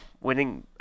winning